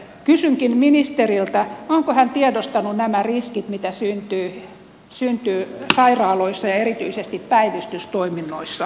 siksi kysynkin ministeriltä onko hän tiedostanut nämä riskit mitä syntyy sairaaloissa ja erityisesti päivystystoiminnoissa